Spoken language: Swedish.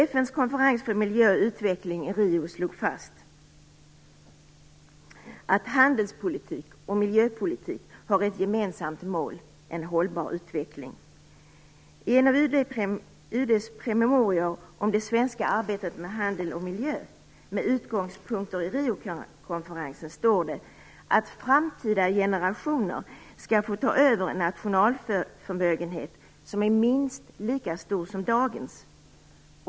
FN:s konferens för miljö och utveckling i Rio slog fast att handelspolitik och miljöpolitik har ett gemensamt mål: En hållbar utveckling. I en av UD:s promemorior om det svenska arbetet med handel och miljö med utgångspunkt i Riokonferensen står det att framtida generationer skall få ta över en nationalförmögenhet som är minst lika stor som dagens.